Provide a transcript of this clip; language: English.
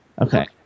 Okay